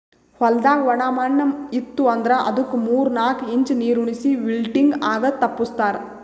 ಹೊಲ್ದಾಗ ಒಣ ಮಣ್ಣ ಇತ್ತು ಅಂದ್ರ ಅದುಕ್ ಮೂರ್ ನಾಕು ಇಂಚ್ ನೀರುಣಿಸಿ ವಿಲ್ಟಿಂಗ್ ಆಗದು ತಪ್ಪಸ್ತಾರ್